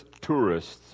tourists